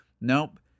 nope